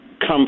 come